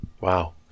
Wow